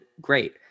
great